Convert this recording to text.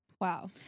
wow